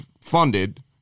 funded